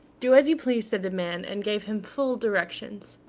do as you please, said the man, and gave him full directions.